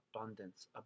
abundance